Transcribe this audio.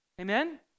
Amen